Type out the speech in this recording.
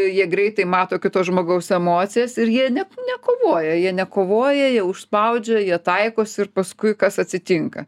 jie greitai mato kito žmogaus emocijas ir jie net nekovoja jie nekovoja jie užspaudžia jie taikosi ir paskui kas atsitinka